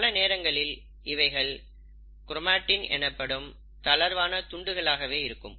பல நேரங்களில் இவைகள் க்ரோமாட்டின் எனப்படும் தளர்வான துண்டுகளாகவே இருக்கும்